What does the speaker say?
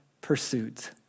pursuits